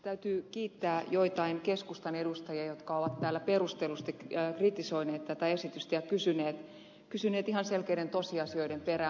täytyy kiittää joitain keskustan edustajia jotka ovat täällä perustellusti kritisoineet tätä esitystä ja kysyneet ihan selkeiden tosiasioiden perään